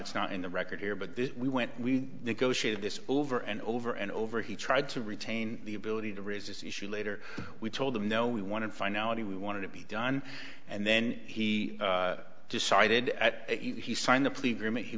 it's not in the record here but this we went we negotiated this over and over and over he tried to retain the ability to raise this issue later we told him no we wanted finality we wanted to be done and then he decided that if he signed the